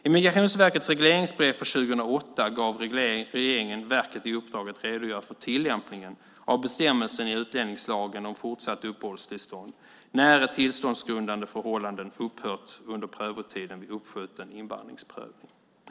I Migrationsverkets regleringsbrev för 2008 gav regeringen verket i uppdrag att redogöra för tillämpningen av bestämmelsen i utlänningslagen om fortsatt uppehållstillstånd när ett tillståndsgrundande förhållande upphört under prövotiden vid uppskjuten invandringsprövning.